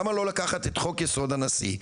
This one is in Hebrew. למה לא לקחת את חוק יסוד הנשיא,